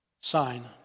Sign